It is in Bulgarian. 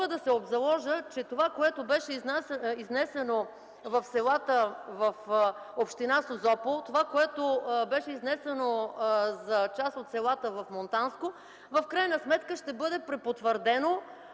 да се обзаложа, че това, което беше изнесено за селата в община Созопол, това, което беше изнесено за част от селата в Монтанско, в крайна сметка ще бъде препотвърдено